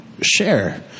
share